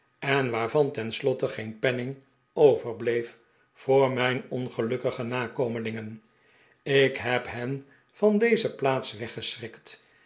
en waarvan ten slotte geen penning overbleef voor mijn ongelukkige nakomelingen ik heb hen van deze plaats